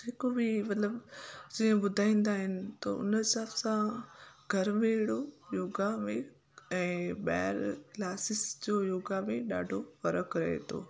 जेको बि मतिलबु जीअं ॿुधाईंदा आहिनि त उन हिसाब सां घर में अहिड़ो योगा में ऐं ॿाहिरि क्लासिस जो योगा में ॾाढो फर्क़ु रहे थो